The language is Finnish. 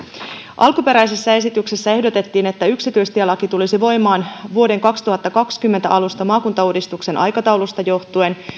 alkuperäisessä esityksessä ehdotettiin että yksityistielaki tulisi voimaan vuoden kaksituhattakaksikymmentä alusta maakuntauudistuksen aikataulusta johtuen